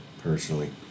personally